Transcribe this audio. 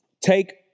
take